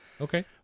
Okay